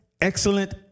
excellent